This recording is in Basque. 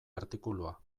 artikulua